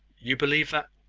you believe that.